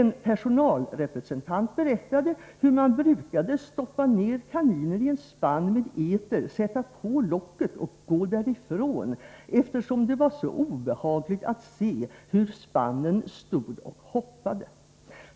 En personalrepresentant berättade hur man brukade stoppa ner kaniner i en spann med eter, sätta på locket och gå därifrån, eftersom det var så obehagligt att se hur spannen stod och hoppade.